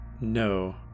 No